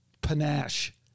panache